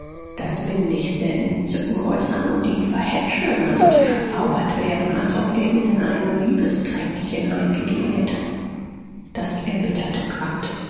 das windigste entzücken äußern und ihn verhätscheln als ob sie verzaubert wären als ob er ihnen ein liebestränkchen eingegeben hätte das erbitterte